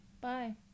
Bye